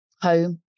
home